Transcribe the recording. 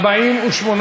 התשע"ו 2015, נתקבלה.